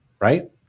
right